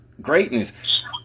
greatness